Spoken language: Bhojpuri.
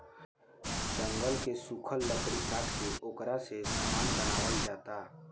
जंगल के सुखल लकड़ी काट के ओकरा से सामान बनावल जाता